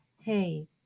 Hey